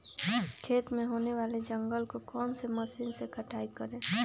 खेत में होने वाले जंगल को कौन से मशीन से कटाई करें?